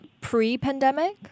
pre-pandemic